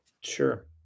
sure